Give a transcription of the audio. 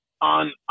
on